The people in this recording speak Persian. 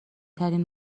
ترین